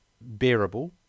bearable